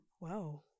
Wow